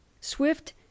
Swift